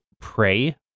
pray